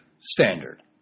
standard